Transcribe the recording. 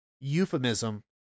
euphemism